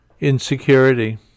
insecurity